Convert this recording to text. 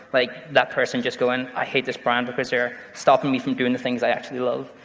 like, that person just going i hate this brand because they are stopping me from doing the things i actually love.